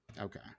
Okay